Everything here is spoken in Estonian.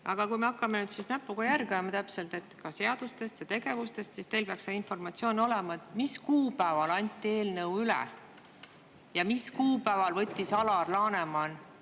Aga kui me hakkame nüüd näpuga täpselt järge ajama ka seadustes ja tegevustes, siis teil peaks see informatsioon olema, mis kuupäeval anti eelnõu üle ja mis kuupäeval võttis Alar Laneman